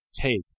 Take